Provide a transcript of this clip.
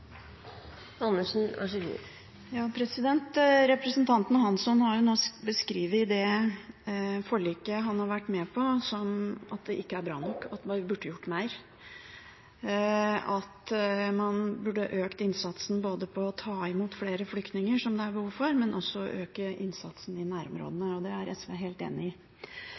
Representanten Hansson har nå beskrevet det forliket han har vært med på, som at det ikke er bra nok, at man burde ha gjort mer, og at man burde ha økt innsatsen både med hensyn til å ta imot flere flyktninger, som det er behov for, og også å øke innsatsen i nærområdene. Det er SV helt enig i.